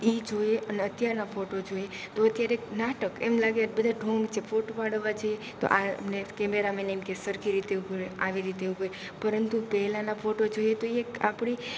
એ જોઈએ અને અત્યારના ફોટો જોઈએ તો અત્યારે નાટક એમ લાગે કે બધા ઢોંગ છે ફોટો પાડવા જઈએ તો કે આ ને કેમેરામેન એમ કહે સરખી રીતે ઊભો રહે આવી રીતે ઊભો રહે પરંતુ પહેલાંના ફોટો જોઈએ તો એક આપણી